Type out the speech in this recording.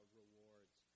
rewards